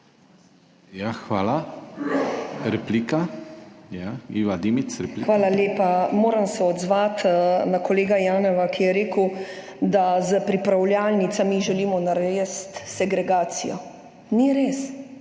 **IVA DIMIC (PS NSi):** Hvala lepa. Moram se odzvati na kolega Janeva, ki je rekel, da s pripravljalnicami želimo narediti segregacijo. Ni res.